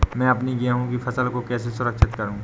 मैं अपनी गेहूँ की फसल को कैसे सुरक्षित करूँ?